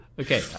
okay